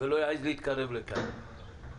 ולא יעז להתקרב לכאן,